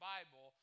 Bible